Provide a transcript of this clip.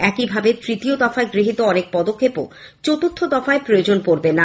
একইভাবে তৃতীয় দফায় গৃহীত অনেক পদক্ষেপও চতুর্থ দফায় প্রয়োজন পরবে না